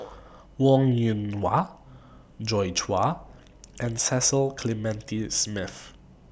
Wong Yoon Wah Joi Chua and Cecil Clementi Smith